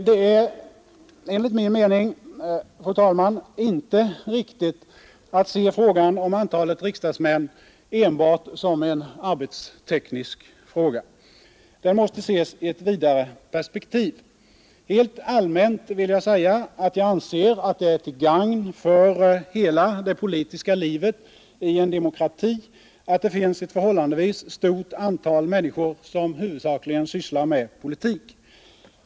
Det är enligt min mening, fru talman, inte riktigt att se frågan om antalet riksdagsmän enbart som en arbetsteknisk fråga; den måste ses i ett vidare perspektiv. Helt allmänt vill jag säga, att jag anser att det är till gagn för hela det politiska livet i en demokrati, att det finns ett förhållandevis stort antal människor som huvudsakligen sysslar med politik.